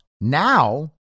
now